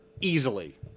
easily